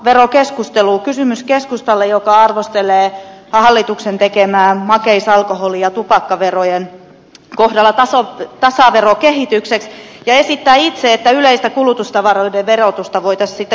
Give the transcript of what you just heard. kysymys keskustalle joka arvostelee hallituksen tekemien makeis alkoholi ja tupakkaverojen kohdalla niitä tasaverokehitykseksi ja esittää itse että yleistä kulutustavaroiden verotusta voitaisiin sitten korottaa